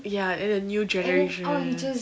ya and then the new generation